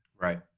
Right